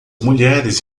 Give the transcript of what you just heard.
mulheres